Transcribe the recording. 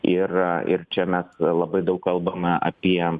ir ir čia mes labai daug kalbama apie